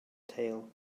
tail